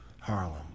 Harlem